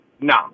no